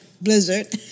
blizzard